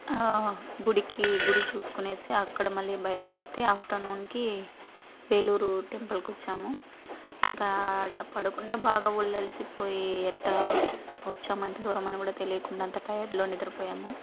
గుడికి గుడి చూసుకునేసి అక్కడ మళ్ళీ బయల్దేరితే ఆఫ్టర్నూన్కి వేలూరు టెంపుల్కొచ్చాము ఇంకా ఆడ పడుకున్న బాగా ఒళ్ళు అలసిపోయి ఎట్టా వచ్చాము ఇంత దూరం అని కూడా తెలీకుండా అంత టైడ్లో నిద్రపోయాము